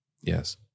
Yes